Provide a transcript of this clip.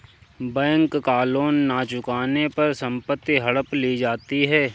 bank का loan न चुकाने पर संपत्ति हड़प ली जाती है